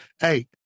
Hey